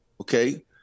okay